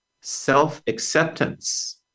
self-acceptance